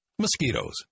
mosquitoes